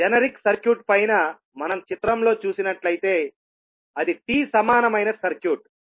generic circuit పైన మనం చిత్రంలో చూసినట్లయితే అది T సమానమైన సర్క్యూట్